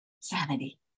sanity